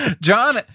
John